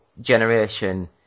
generation